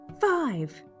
five